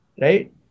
right